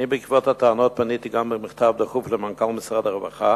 בעקבות הטענות פניתי גם במכתב דחוף למנכ"ל משרד הרווחה